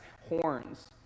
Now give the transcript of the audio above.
horns